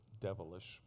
devilish